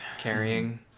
Carrying